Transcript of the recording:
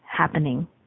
happening